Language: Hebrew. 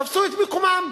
תפסו את מקומם.